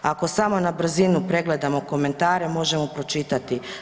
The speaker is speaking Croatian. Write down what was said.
Ako samo na brzinu pregledamo komentare možemo pročitati.